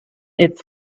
its